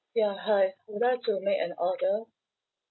ya hi I would like to make an order